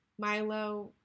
Milo